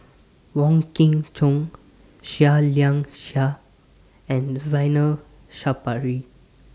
Wong Kin Jong Seah Liang Seah and Zainal Sapari